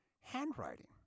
handwriting